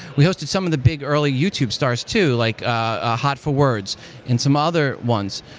we hosted some of the big early youtube stars too, like ah hot for words and some other ones.